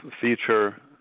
feature